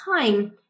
time